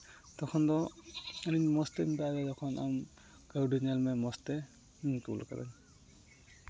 ᱛᱚᱠᱷᱚᱱ ᱫᱚ ᱟᱹᱞᱤᱧ ᱢᱚᱡᱽ ᱛᱮᱞᱤᱧ ᱢᱮᱛᱟ ᱫᱮᱭᱟ ᱡᱮ ᱟᱢ ᱠᱟᱹᱣᱰᱤ ᱧᱮᱞᱢᱮ ᱢᱚᱡᱽᱛᱮ ᱤᱧ ᱠᱩᱞ ᱠᱟᱹᱫᱟᱹᱧ